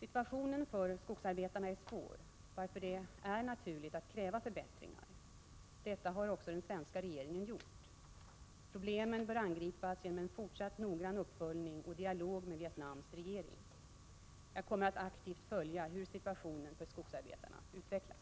Situationen för skogsarbetarna är svår, varför det är naturligt att kräva förbättringar. Detta har också den svenska regeringen gjort. Problemen bör angripas genom en fortsatt noggrann uppföljning och dialog med Vietnams regering. Jag kommer att aktivt följa hur situationen för skogsarbetarna utvecklas.